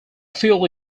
few